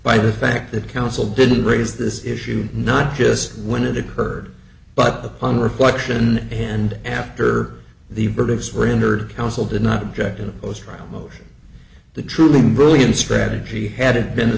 by the fact that counsel didn't raise this issue not just when it occurred but the pun reflection and after the birth of surrendered counsel did not object in the post trial motions the truly brilliant strategy had it been a